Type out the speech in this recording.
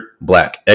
black